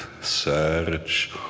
search